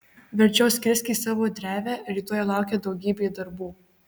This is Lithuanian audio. verčiau skrisk į savo drevę rytoj laukia daugybė darbų